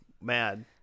mad